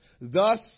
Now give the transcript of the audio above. Thus